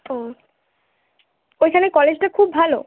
ও ওইখানে কলেজটা খুব ভালো